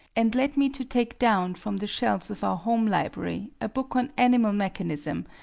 and led me to take down from the shelves of our home library a book on animal mechanism,